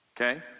okay